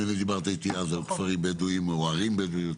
נדמה לי שדיברת איתי על כפרים בדואים או ערים בדואיות,